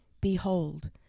Behold